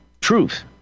truth